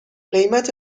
قیمت